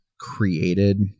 created